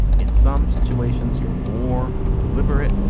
in some situations you're more deliberate.